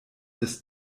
des